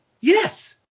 yes